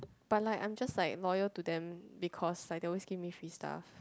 but like I'm just like loyal to them because they always give me free stuff